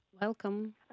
Welcome